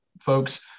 folks